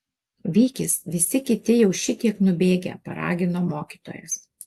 vykis visi kiti jau šitiek nubėgę paragino mokytojas